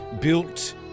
built